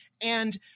And-